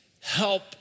help